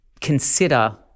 consider